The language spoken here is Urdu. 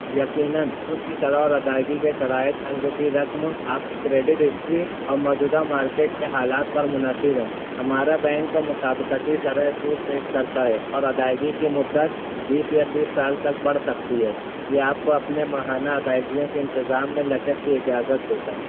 یقیناً سود کی شرح اور ادائیگی کے شرائط قرض کی رقم آپ کے کریڈٹ ہسٹری اور موجودہ مارکیٹ کے حالات پر منحصر ہے ہمارا بینک کا مسابقاتی شرح سود پیش کرتا ہے اور ادائیگی کی مدت بیس یا تیس سال تک بڑھ سکتی ہے یہ آپ کو اپنے ماہانہ ادائیگیوں کے انتظام میں لچک کی اجازت دیتا ہے